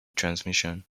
transmission